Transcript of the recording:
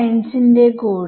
വിദ്യാർത്ഥി ശരിയാണ്